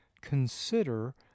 consider